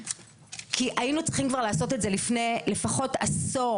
כי היינו צריכים כבר לעשות את זה לפני לפחות עשור,